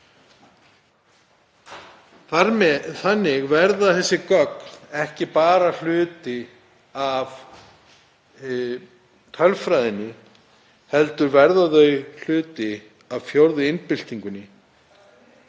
Þannig verða þessi gögn ekki bara hluti af tölfræðinni heldur verða þau hluti af fjórðu iðnbyltingunni